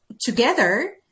together